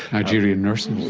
nigerian nurses?